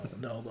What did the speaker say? no